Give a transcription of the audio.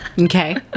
Okay